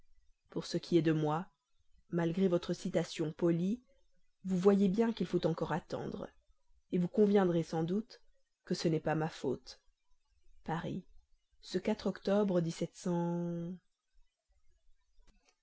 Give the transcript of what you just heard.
pour ce qui est de moi malgré votre citation polie vous voyez bien qu'il faut encore attendre vous conviendrez sans doute que ce n'est pas ma faute paris octobre